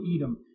Edom